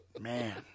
Man